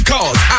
Cause